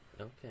Okay